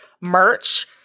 merch